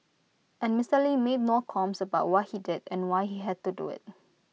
and Mister lee made no qualms about what he did and why he had to do IT